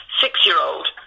six-year-old